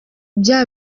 bya